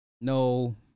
no